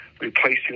replacing